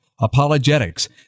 Apologetics